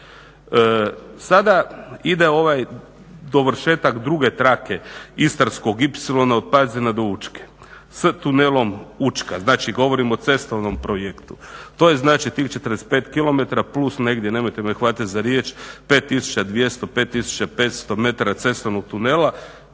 Sada ide ovaj dovršetak druge trake Istarskog ipsilona od Pazina od Učke, s tunelom Učka. Znači govorim o cestovnom projektu. To je znači tih 45 kilometara plus negdje, nemojte ne hvatati za riječ, 5200, 5500 metara cestovnog tunela